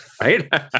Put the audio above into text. Right